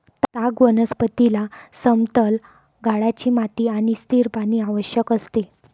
ताग वनस्पतीला समतल गाळाची माती आणि स्थिर पाणी आवश्यक असते